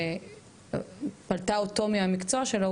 שפלטה אותו מהמקצוע שלו,